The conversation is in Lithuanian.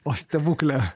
o stebukle